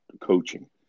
coaching